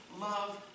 love